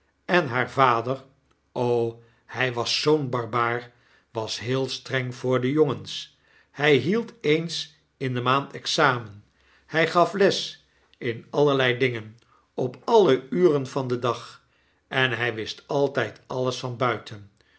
zoo'n barbaar was heel streng voor de jongens hij hield eens in de maand examen hij gaf las in allerlei dingen op alle uren van den dag en hy wist altp alles van buiten